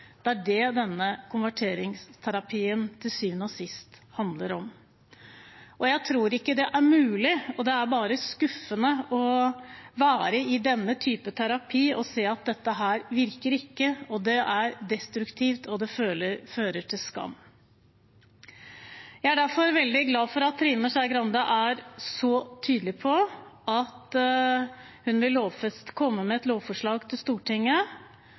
Det er det denne konverteringsterapien til syvende og sist handler om. Jeg tror ikke det er mulig – og det er bare skuffende å være i denne type terapi og se at dette virker ikke. Det er destruktivt, og det fører til skam. Jeg er derfor veldig glad for at Trine Skei Grande er så tydelig på at hun vil komme med et lovforslag til Stortinget.